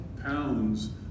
pounds